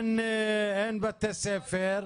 אין בתי ספר,